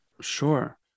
sure